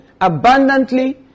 abundantly